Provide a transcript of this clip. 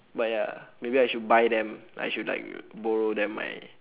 but ya maybe I should buy them I should like borrow them my